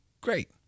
great